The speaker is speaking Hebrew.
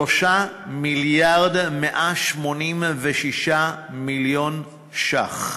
3 מיליארד ו-186 מיליון שקל.